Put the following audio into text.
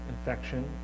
infection